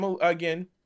again